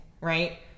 right